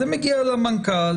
זה מגיע למנכ"ל,